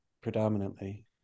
predominantly